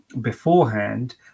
beforehand